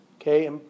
Okay